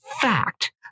fact